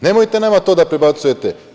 Nemojte nama to da prebacujete.